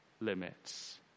limits